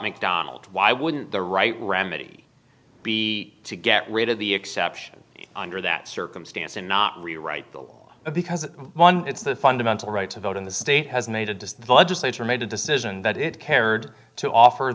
mcdonald why wouldn't the right remedy be to get rid of the exception under that circumstance and not rewrite the law because it's the fundamental right to vote in the state has needed to the legislature made a decision that it cared to offer